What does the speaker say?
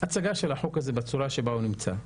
ההצגה של החוק הזה בצורה שבה הוא נמצא,